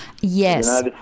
Yes